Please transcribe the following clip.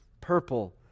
purple